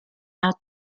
out